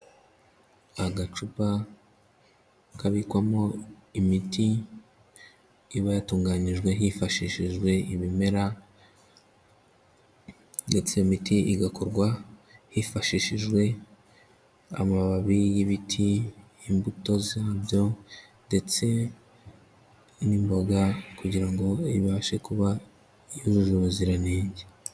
Agacupa kabikwamo imiti iba yatunganjwe hifashishijwe ibimera, ndetse iyo miti igakorwa hifashishijwe amababi y'ibiti imbuto zabyo, ndetse n'imboga kugira ngo ibashe kuba yujuje ubuziranenge.